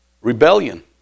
Rebellion